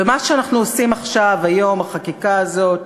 ומה שאנחנו עושים עכשיו, היום, החקיקה הזאת,